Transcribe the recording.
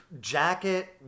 Jacket